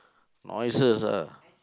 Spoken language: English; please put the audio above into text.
noises lah